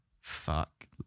Fuck